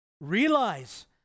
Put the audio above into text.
Realize